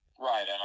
Right